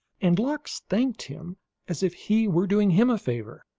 and lox thanked him as if he were doing him a favor,